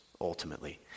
ultimately